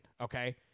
Okay